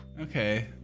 okay